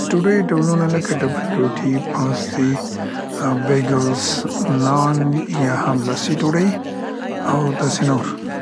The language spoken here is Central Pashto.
د ډوډیو ډولنه لکه ډبل روټي، پاستي، ام بیګلس، نان یا هم لاسي ډوډۍ او داسې نور.